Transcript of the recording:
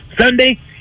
Sunday